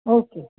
okay